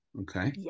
Okay